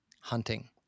hunting